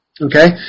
Okay